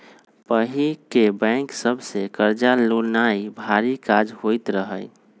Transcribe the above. पहिके बैंक सभ से कर्जा लेनाइ भारी काज होइत रहइ